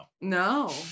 No